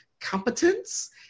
competence